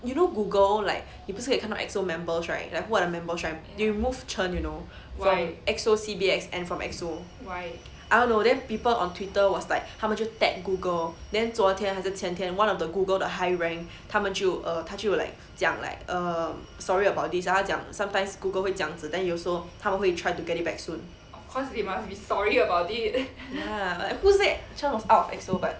you know Google like 你不是有看到 E_X_O members right like who are the members right they removed chen you know from E_X_O C_B_X and from E_X_O I don't know then people on Twitter was like 他们就 tag Google then 昨天还是前天 one of the Google the high rank 他们就 err 他就 like 讲 like err I'm sorry about this 她讲 sometimes Google 会这样子 then 有时候他们会 try to get it back soon ya who said chen was out of E_X_O but